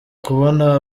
kubona